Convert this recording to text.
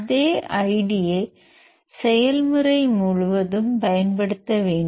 அதே ஐடியை செயல்முறை முழுவதும் பயன்படுத்த வேண்டும்